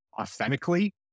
authentically